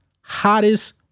hottest